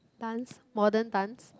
dance modern dance